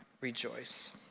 rejoice